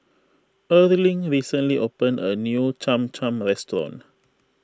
Erling recently opened a new Cham Cham restaurant